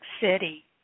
City